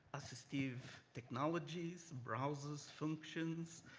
assistive technologies, browsers, functions,